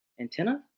Antenna